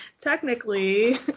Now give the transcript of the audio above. technically